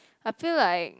I feel like